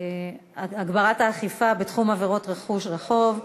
הגברת האכיפה בתחום עבירות רכוש ורחוב.